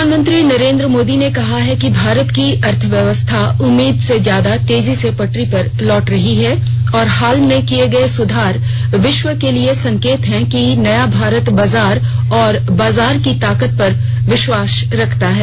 प्रधानमंत्री नरेन्द्र मोदी ने कहा है कि भारत की अर्थव्यवस्था उम्मीद से ज्यादा तेजी से पटरी पर लौट रही है और हाल में किए गए सुधार विश्व के लिए संकेत हैं कि नया भारत बाजार और बाजार की ताकत पर विश्वास रखता है